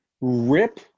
rip